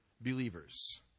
believers